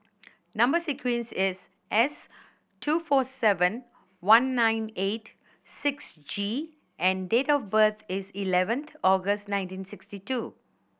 number sequence is S two four seven one nine eight six G and date of birth is eleventh August nineteen sixty two